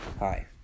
Hi